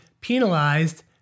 penalized